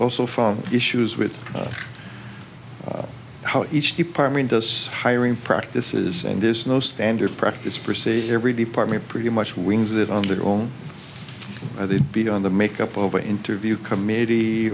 also from issues with how each department does hiring practices and there's no standard practice per se every department pretty much wings it on their own they'd be on the make up over interview committee